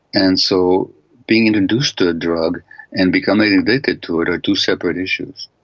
and so being introduced to a drug and becoming addicted to it are two separate issues.